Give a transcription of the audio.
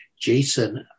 Jason